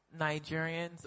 Nigerians